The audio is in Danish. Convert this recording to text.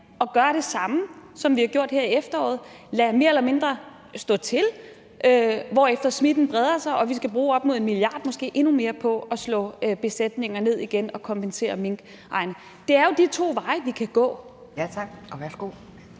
at gøre det samme, som vi har gjort her i efteråret: at lade mere eller mindre stå til, hvorefter smitten breder sig og vi skal bruge op imod 1 mia. kr., måske endnu mere, på at slå besætninger ned igen og kompensere minkejerne? Det er jo de to veje, vi kan gå. Kl. 17:41 Anden